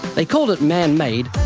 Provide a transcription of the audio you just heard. they called it man made,